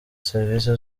serivisi